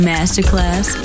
Masterclass